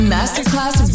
Masterclass